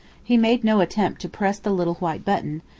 he made no attempt to press the little white button,